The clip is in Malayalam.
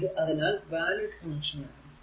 ഇത് അതിനാൽ വാലിഡ് കണക്ഷൻ ആണ്